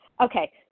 Okay